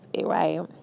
right